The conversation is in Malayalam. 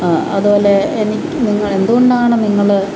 അതുപോലെ എനിക്ക് നിങ്ങൾ എന്തുകൊണ്ടാണ് നിങ്ങൾ